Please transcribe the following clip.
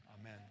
Amen